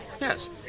Yes